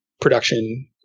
production